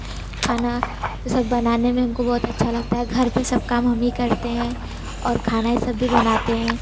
खाना सब बनाने में हमको बहुत अच्छा लगता है घर पर सब काम हम ही करते हैं और खाना यह सब भी बनाते हैं